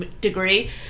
degree